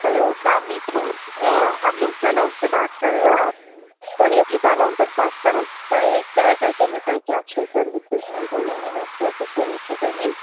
hello سلام علیکُم ہَم لوگ سَلون سے بات کَر رہے ہے آپ تۄہہِ ہے چھِو سَلون پٮ۪ٹھ کَتھ کَران تۄہہِ کیٛاہ مےٚ تۄہہِ کیٛاہ چھُو سٔروِسٕز نِنۍ تُہۍ ؤنِو اَسہِ کیٛاہ کیٛاہ سٔروِس چھَو تۄہہِ نِنۍ